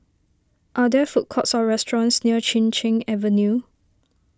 are there food courts or restaurants near Chin Cheng Avenue